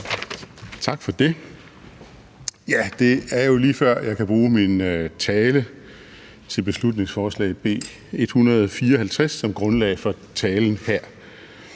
Tak for det. Ja, det er jo lige før, jeg kan bruge min tale til beslutningsforslag B 154 som grundlag for talen her.